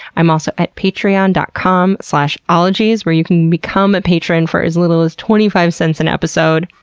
i'm also at patreon dot com slash ologies, where you can become a patron for as little as twenty five cents an episode,